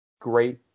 great